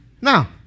Now